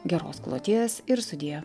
geros kloties ir sudie